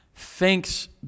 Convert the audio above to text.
Thanks